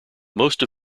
most